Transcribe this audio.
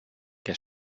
què